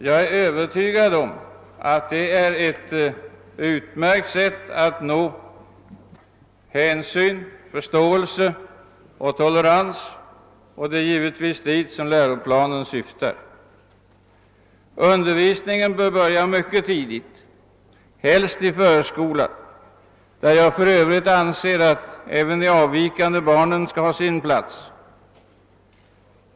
Jag är övertygad om att det är ett utmärkt sätt att skapa hänsyn, förståelse och tolerans och det är dit läroplanen syftar. Undervisningen bör börja mycket tidigt, helst i förskolan, där jag för övrigt anser att de avvikande barnen skall ha sin plats.